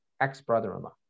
ex-brother-in-law